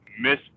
miss